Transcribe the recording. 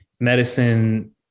medicine